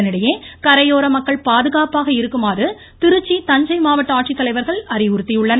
இதனிடையே கரையோர மக்கள் பாதுகாப்பாக இருக்குமாறு திருச்சி தஞ்சை மாவட்ட ஆட்சித்தலைவர்கள் அறிவுறுத்தியுள்ளனர்